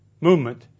movement